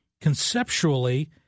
conceptually